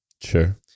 Sure